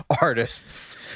artists